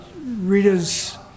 Rita's